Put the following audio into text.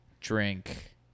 drink